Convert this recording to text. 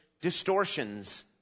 distortions